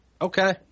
okay